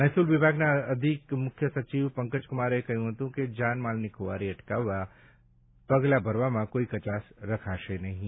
મહેસૂલ વિભાગના અધિક મુખ્ય સચિવ પંકજ કુમારે કહ્યું હતું કે જાનમાલની ખુવારી અટકાવતા પગલા ભરવામાં કોઇ કચાશ રખાશે નહીં